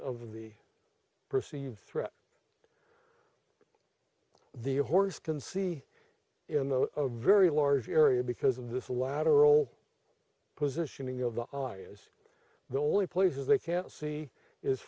of the perceived threat the horse can see in the a very large area because of this lateral positioning of the eye is the only places they can see is